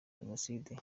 jenoside